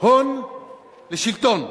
הון לשלטון.